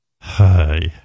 Hi